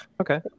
Okay